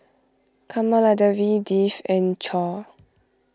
Kamaladevi Dev and Choor